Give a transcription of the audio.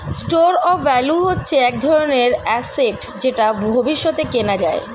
store of value হচ্ছে এক ধরনের অ্যাসেট যেটা ভবিষ্যতে কেনা যায়